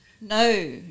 No